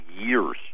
years